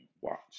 watch